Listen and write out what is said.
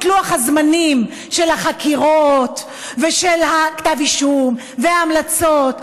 לוח הזמנים של החקירות ושל כתב האישום וההמלצות,